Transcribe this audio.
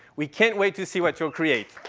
we can't wait to see what you'll create.